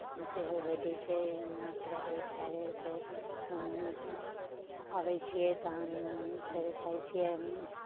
सेहो भेटैत छै चूड़ा दही खाय लेल फेर हम अबैत छियै तखन फेर खाइत छियै